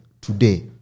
today